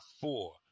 four